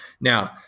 Now